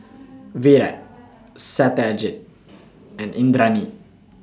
Virat Satyajit and Indranee